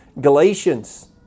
Galatians